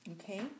Okay